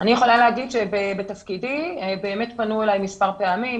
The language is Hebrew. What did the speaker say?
אני יכולה להגיד שבתפקידי באמת פנו אליי מספר פעמים.